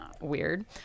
weird